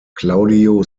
claudio